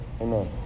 Amen